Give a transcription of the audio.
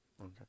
Okay